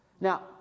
Now